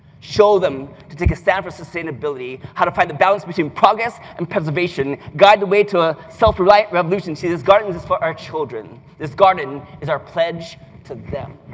show them to take a stand for sustainability, how to find the balance between progress and preservation, guide the way to a self-revolution. see, this garden is is for our children. this garden is our pledge to them.